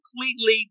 completely